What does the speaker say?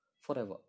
forever